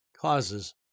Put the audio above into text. causes